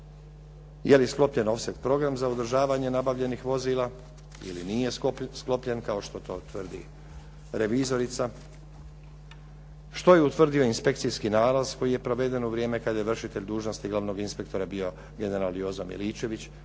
Je li sklopljen ofset program za održavanje nabavljenih vozila ili nije sklopljen kao što to tvrdi revizorica? Što je utvrdio inspekcijski nalaz koji je proveden u vrijeme kada je vršitelj dužnosti glavnog inspektora bio general Jozo Miličević?